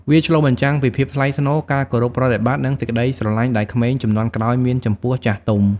វាឆ្លុះបញ្ចាំងពីភាពថ្លៃថ្នូរ ការគោរពប្រតិបត្តិ និងសេចក្តីស្រឡាញ់ដែលក្មេងជំនាន់ក្រោយមានចំពោះចាស់ទុំ។